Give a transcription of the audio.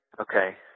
Okay